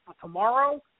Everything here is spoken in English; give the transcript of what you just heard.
tomorrow